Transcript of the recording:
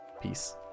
peace